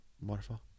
waterfall